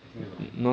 getting annoying